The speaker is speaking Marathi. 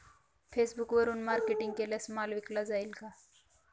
फेसबुकवरुन मार्केटिंग केल्यास माल विकला जाईल का?